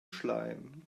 schleim